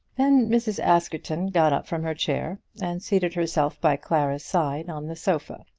then mrs. askerton got up from her chair, and seated herself by clara's side on the sofa.